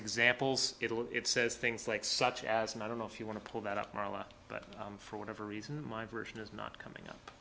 examples it'll it says things like such as and i don't know if you want to pull that up marla but for whatever reason my version is not coming up